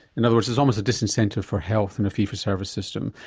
in other words there's almost a disincentive for health in a fee for service system.